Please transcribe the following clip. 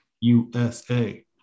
USA